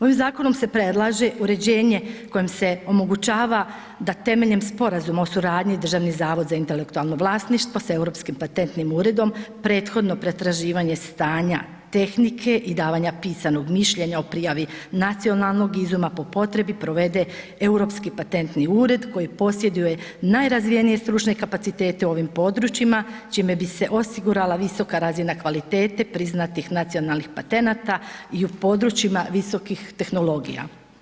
Ovim zakonom se predlaže uređenje kojim se omogućava da temeljem Sporazuma o suradnji Državni zavod za intelektualno vlasništvo s Europskim patentnim uredom prethodno pretraživanje stanja tehnike i davanja pisanog mišljenja o prijavi nacionalnog izuma po potrebi provede Europski patentni ured koji posjeduje nerazvijenije stručne kapacitete u ovim područjima čime bi se osigurala visoka razina kvalitete priznatih nacionalnih patenata i u područjima visokih tehnologija.